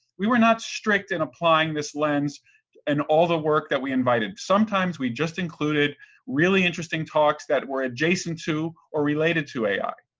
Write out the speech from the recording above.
we were not strict in applying this lens and all the work that we invited. sometimes we just included really interesting talks that were adjacent to or related to ai.